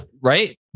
Right